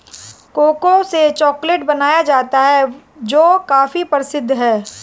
cocoa से chocolate बनाया जाता है जो काफी प्रसिद्ध है